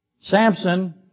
Samson